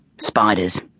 Spiders